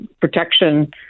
protection